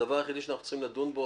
הדבר היחיד שאנחנו צריכים לדון בו,